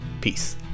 peace